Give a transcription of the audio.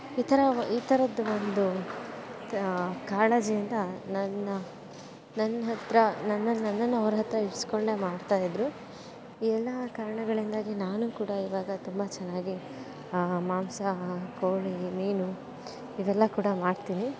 ಈ ಥರ ಈ ಥರದ ಒಂದು ತ ಕಾಳಜಿಯಿಂದ ನನ್ನ ನನ್ನ ಹತ್ತಿರ ನನ್ನನ್ನು ನನ್ನನ್ನು ಅವರತ್ರ ಇರಿಸ್ಕೊಂಡೆ ಮಾಡ್ತಾಯಿದ್ದರು ಈ ಎಲ್ಲಾ ಕಾರಣಗಳಿಂದಾಗಿ ನಾನು ಕೂಡ ಇವಾಗ ತುಂಬ ಚೆನ್ನಾಗೇ ಮಾಂಸ ಕೋಳಿ ಮೀನು ಇವೆಲ್ಲ ಕೂಡ ಮಾಡ್ತೀನಿ